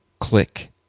click